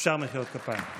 אפשר מחיאות כפיים.